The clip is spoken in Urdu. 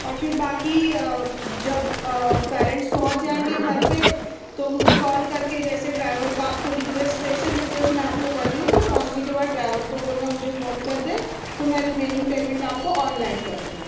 اور پھر باقی جب پیرنٹس پہنچ جائیں گے گھر پہ تو مجھے کال کر کے جیسے ڈرائیور کو آپ کو رکویسٹ اسپیشل رکویسٹ میں آپ کو کر رہی ہوں کہ پہنچنے کے بعد ڈرائیور کو بولنا کہ مجھے فون کر دے تو میں رمیننگ پیمنٹ آپ کو آن لائن کر دوں گی